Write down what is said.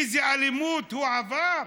איזו אלימות הוא עבר?